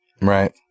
Right